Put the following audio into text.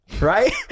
right